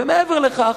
מעבר לכך,